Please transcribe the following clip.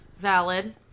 Valid